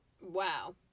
Wow